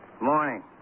morning